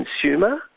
consumer